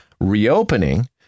reopening